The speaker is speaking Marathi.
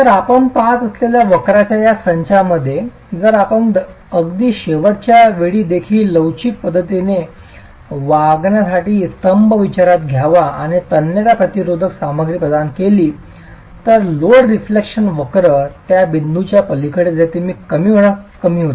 तर आपण पाहत असलेल्या वक्रांच्या या संचामध्ये जर आपण अगदी शेवटच्या वेळी देखील लवचिक पद्धतीने वागण्यासाठी स्तंभ विचारात घ्यावा आणि तन्यता प्रतिरोधक सामग्री प्रदान केली तर लोड रेफिलेक्शन वक्र त्या बिंदूच्या पलीकडे जेथे कमी होण्यास कमी होते